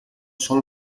sol